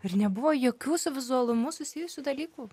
ar nebuvo jokių su vizualumu susijusių dalykų